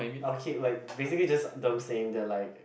I'll keep like basically just them saying that like